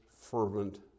fervent